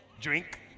drink